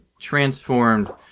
transformed